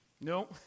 No